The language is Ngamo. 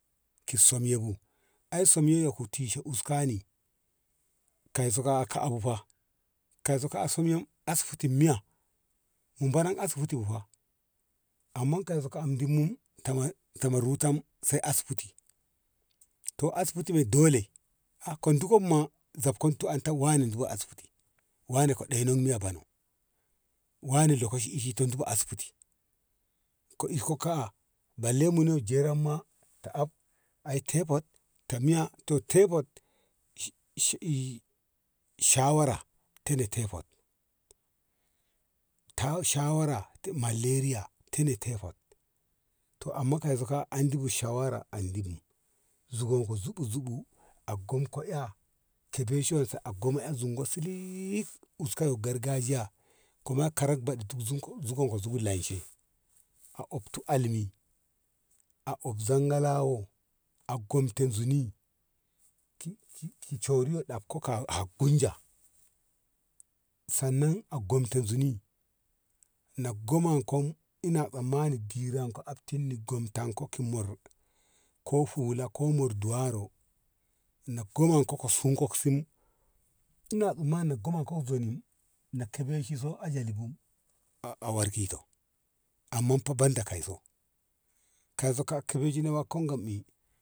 ki som yobu ai som yo ku tishe iska ni kauso ka abu fa kauso asibitin miya mu banan asibiti bu fa amma kaiso ka andi mun ta ma rutam se asibiti to asibiti ma dole ko diko bu ma zob ton ko ma wane asibiti wane ka ɗeno a bano wane ka itto`o ka`a balle muno jeran ma ta ab ai taipod ta miya to taipod s- shi i shawara te ne taipod shawara maleriya te ne taipod to amma kai so ka andi bu shawara andi ni zuganga ko zubu zubu a gomko eh kebe shan sa a gom ka siliit uska yo gargajiyya koma karat bat tu zugon ko zugon ko zugon lanshe ha opti alni a oszangalawo a gomtom zuni ki coriyo dafko ka gunja sannan a gomto zuni na goman kom ina tsammani diran ko aptin ni gontam ki mor ko hula ko mor duwaro na goman ko ka sinkon sin ina tsammani na goman ko ga zoni na tebe si yo ajali bu a warki ki to amma fa banda kaiso kaiso ka beji no kan kam mi.